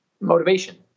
motivation